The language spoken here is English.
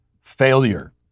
failure